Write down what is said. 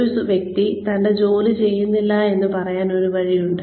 ഒരു വ്യക്തി തന്റെ ജോലി ചെയ്യുന്നില്ല എന്ന് പറയാൻ ഒരു വഴിയുണ്ട്